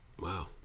Wow